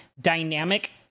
dynamic